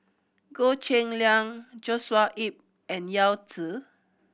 Goh Cheng Liang Joshua Ip and Yao Zi